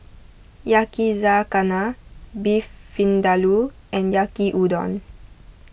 Yakizakana Beef Vindaloo and Yaki Udon